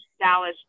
Dallas